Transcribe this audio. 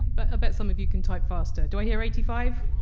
but i bet some of you can type faster. do i hear eighty five?